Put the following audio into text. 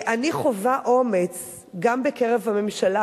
אני חווה אומץ גם בקרב הממשלה,